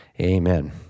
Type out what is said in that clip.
amen